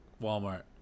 Walmart